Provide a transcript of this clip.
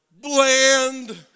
bland